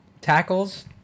tackles